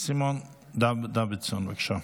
סימון דוידסון, בבקשה.